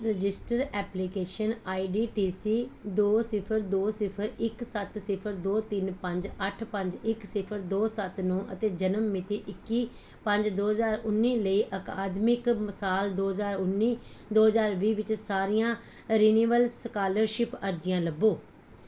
registered application I D T C ਦੋ ਸਿਫਰ ਦੋ ਸਿਫਰ ਇੱਕ ਸੱਤ ਸਿਫਰ ਦੋ ਤਿੰਨ ਪੰਜ ਅੱਠ ਪੰਜ ਇੱਕ ਸਿਫਰ ਦੋ ਸੱਤ ਨੌਂ ਅਤੇ ਜਨਮ ਮਿਤੀ ਇੱਕੀ ਪੰਜ ਦੋ ਹਜ਼ਾਰ ਉੱਨੀ ਲਈ ਅਕਾਦਮਿਕ ਸਾਲ ਦੋ ਹਜ਼ਾਰ ਉੱਨੀ ਦੋ ਹਜਾਰ ਵੀਹ ਵਿੱਚ ਸਾਰੀਆਂ ਰਿਨਿਵੇਲ ਸਕਾਲਰਸ਼ਿਪ ਅਰਜ਼ੀਆਂ ਲੱਭੋ